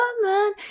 woman